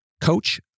Coach